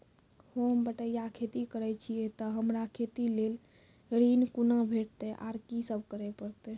होम बटैया खेती करै छियै तऽ हमरा खेती लेल ऋण कुना भेंटते, आर कि सब करें परतै?